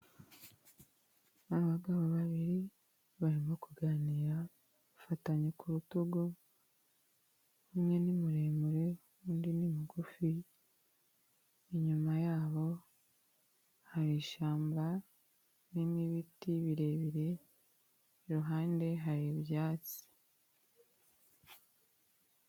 Abagabo babiri barimo kuganira bafatanye ku rutugu, umwe muremure, undi ni mugufi, inyuma yabo hari ishyamba ririmo ibiti birebire, iruhande hari ibyatsi.